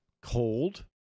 Cold